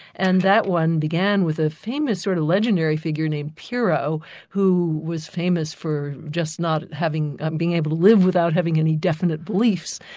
and that one began with a famous sort of legendary figure named pyrrho who was famous for just not being able to live without having any definite beliefs.